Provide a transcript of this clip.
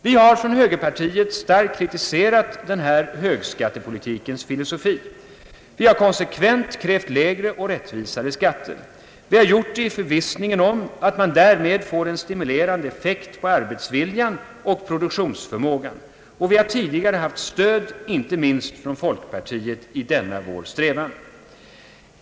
Vi har från högerpartiet starkt kritiserat denna högskattepolitikens filosofi. Vi har konsekvent krävt lägre och rättvisare skatter. Vi har gjort det i förvissningen om att man därmed får en stimulerande effekt på arbetsviljan och produktionsförmågan. Och vi har tidigare haft stöd, inte minst av folkpartiet, i denna vår strävan.